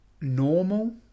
normal